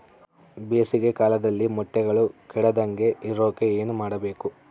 ಬೇಸಿಗೆ ಕಾಲದಲ್ಲಿ ಮೊಟ್ಟೆಗಳು ಕೆಡದಂಗೆ ಇರೋಕೆ ಏನು ಮಾಡಬೇಕು?